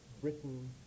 Britain